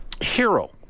Hero